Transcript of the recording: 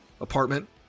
apartment